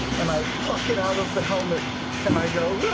and i pluck it out of the helmet and i go